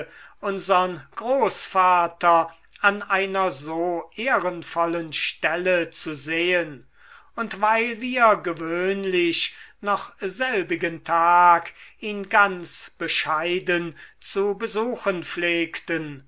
unsern großvater an einer so ehrenvollen stelle zu sehen und weil wir gewöhnlich noch selbigen tag ihn ganz bescheiden zu besuchen pflegten